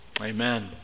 amen